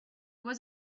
was